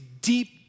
deep